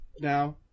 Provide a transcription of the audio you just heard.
now